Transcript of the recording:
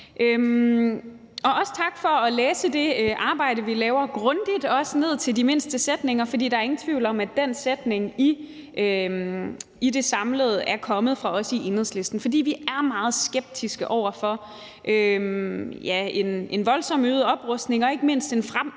Også tak for at læse det arbejde, vi laver, grundigt og ned til de mindste sætninger. For der er ingen tvivl om, at den sætning i det samlede er kommet fra os i Enhedslisten, for vi er meget skeptiske over for en voldsom øget oprustning og ikke mindst den